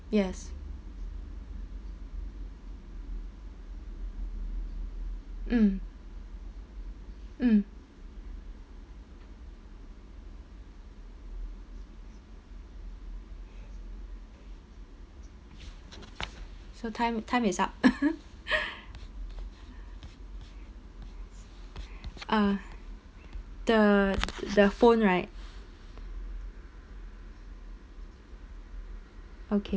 yes mm mm so time time is up uh the the phone right okay